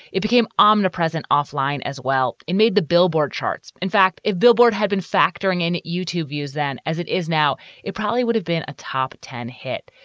it became omnipresent, off-line as well. it made the billboard charts. in fact, a billboard had been factoring in youtube views then as it is now. it probably would have been a top ten hit.